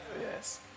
Yes